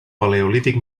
paleolític